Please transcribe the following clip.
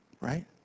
right